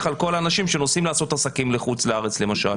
על כל האנשים שנוסעים לעשות עסקים לחוץ לארץ למשל,